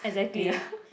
exactly